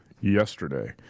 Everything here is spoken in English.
yesterday